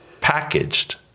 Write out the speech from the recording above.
packaged